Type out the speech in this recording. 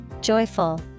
Joyful